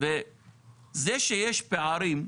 שיש פערים,